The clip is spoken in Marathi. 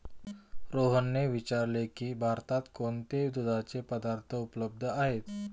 रोहनने विचारले की भारतात कोणते दुधाचे पदार्थ उपलब्ध आहेत?